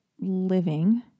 living